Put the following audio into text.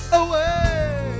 away